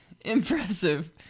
impressive